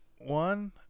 one